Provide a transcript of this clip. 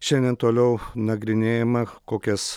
šiandien toliau nagrinėjama kokias